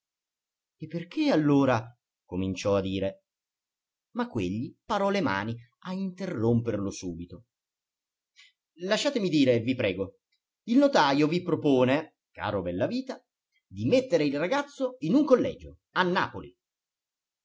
e perché allora cominciò a dire ma quegli parò le mani a interromperlo subito lasciatemi dire vi prego il notajo vi propone caro bellavita di mettere il ragazzo in un collegio a napoli